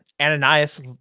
Ananias